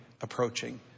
approaching